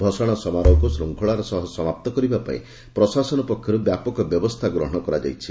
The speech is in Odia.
ଭସାଶ ସମାରୋହକୁ ଶୃଙ୍ଙଳାର ସହ ସମାପ୍ତ କରିବାପାଇଁ ପ୍ରଶାସନ ପକ୍ଷରୁ ବ୍ୟାପକ ବ୍ୟବସ୍ଗା ଗ୍ରହଣ କରାଯାଇଛି